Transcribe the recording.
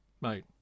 mate